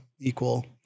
equal